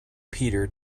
peter